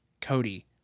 Cody